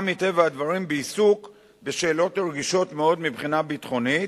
מטבע הדברים בעיסוק בשאלות רגישות מאוד מבחינה ביטחונית,